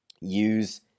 use